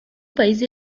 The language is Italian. paesi